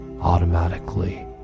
automatically